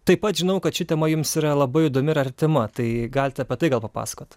taip pat žinau kad ši tema jums yra labai įdomi ir artima tai galite apie tai gal papasakot